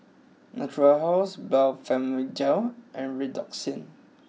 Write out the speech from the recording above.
Natura House Blephagel and Redoxon